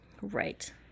right